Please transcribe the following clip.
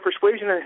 persuasion